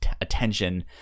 attention